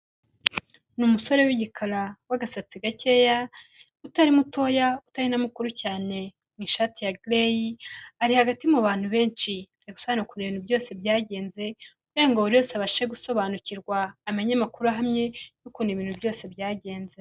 Ni umusore w'igikara w'agasatsi gakeya, utari mutoya utari na mukuru cyane mu ishati ya gereyi, ari hagati mu bantu benshi ari gusobanura ukuntu ibintu byose byagenze, kugira ngo buri wese abashe gusobanukirwa amenye amakuru ahamye y'ukuntu ibintu byose byagenze.